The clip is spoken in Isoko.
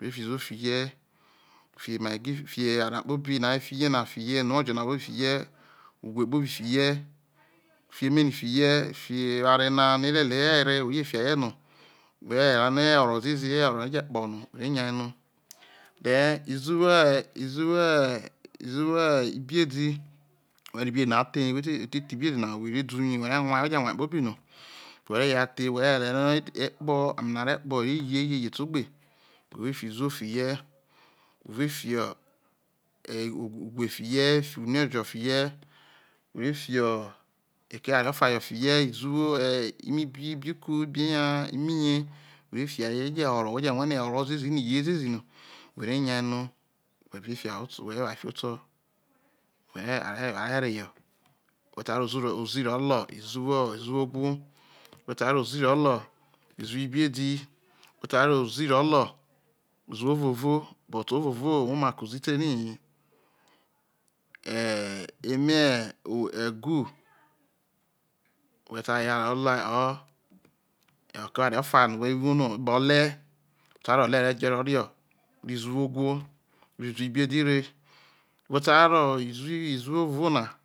we uofi izi wifi ye fi amagu fiye fi eware na kpobi no are fi ye na ye uno jo na fa ye ugwo kpobi fi ye fi emeri fi ye fi eware na ne re le lie were we je fia ye no whe here no e hori ziezi je horo no eye kpo no we ve nyai no then iziwo iziwo he iziwo ibiedi whe re ro ibiedi na the whe te the ibiedi na no whe re du ri where nwa whe je nwa kpobi no whe re reha the whe be here no ekpo ame na re kpo ame na re kpo ije ye te ogbe whe ve fi iziwo fiye whe ve fio e ugwe fi ye fi unu ejo fiye who re fi okere eware ofa jo fiye iziwo e imibi ibiku i i eya imiye where fia eje horo no whe je rae no e horo no ino iye ziezi no where nya no whe ve fiaho to whe ve wai fi ho oto we re were are reho whe ta ro ozi ro lo iziwo iziwo iziwo ogwo whe ta ro ozi ro lo iziwo ibiedi we ta ro ozi ro lo iziwo ovovo but ovovo woma ke ozi te ekihi e eme egu whe ta re ye ro lau or eware ofa no whe wo no ekpa ole whe ta ro ote je ro rio iziwo ogwo re iziwo ibiedi re we ta ro iziwo ovovo na